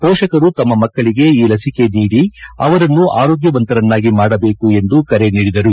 ಪೋಷಕರು ತಮ್ಮ ಮಕ್ಕಳಿಗೆ ಈ ಲಸಿಕೆ ನೀಡಿ ಅವರನ್ನು ಆರೋಗ್ಯವಂತರನ್ನಾಗಿ ಮಾಡಬೇಕು ಎಂದು ಕರೆ ನೀಡಿದರು